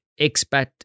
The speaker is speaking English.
expat